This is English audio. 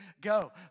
Go